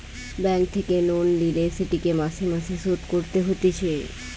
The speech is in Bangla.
ব্যাঙ্ক থেকে লোন লিলে সেটিকে মাসে মাসে শোধ করতে হতিছে